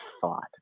thought